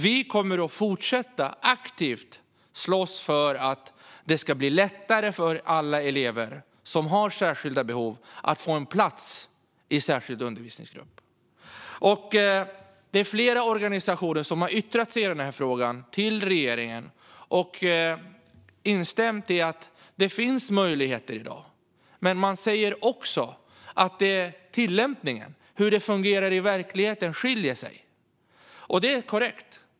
Vi kommer att fortsätta att aktivt slåss för att det ska bli lättare för alla elever som har särskilda behov att få en plats i särskild undervisningsgrupp. Det är flera organisationer som har yttrat sig i den frågan till regeringen och instämt i att det i dag finns möjligheter. Men de säger också att tillämpningen, hur det fungerar i verkligheten, skiljer sig. Det är korrekt.